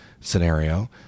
scenario